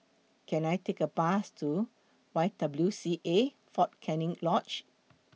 Can I Take A Bus to Y W C A Fort Canning Lodge